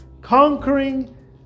conquering